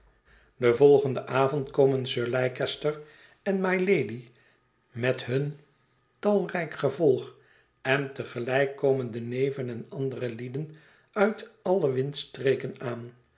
den volgenden avond komen sir leicester en mylady met hun talrijk gevolg en te gelijk komen de neven en andere lieden uit alle windstreken aan